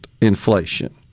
inflation